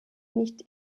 nicht